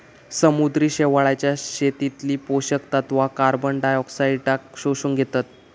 समुद्री शेवाळाच्या शेतीतली पोषक तत्वा कार्बनडायऑक्साईडाक शोषून घेतत